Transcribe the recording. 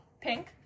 pink